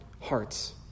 hearts